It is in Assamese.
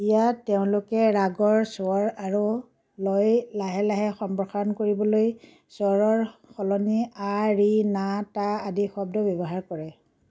ইয়াত তেওঁলোকে ৰাগৰ স্বৰ আৰু লয় লাহে লাহে সম্প্ৰসাৰণ কৰিবলৈ স্বৰৰ সলনি আ ৰি না টা আদি শব্দ ব্যৱহাৰ কৰে